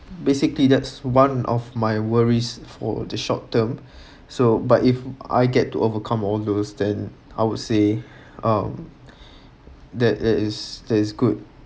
basically that's one of my worries for the short term so but if I get to overcome all those then I would say uh that that is that is good